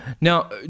Now